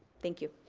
thank you.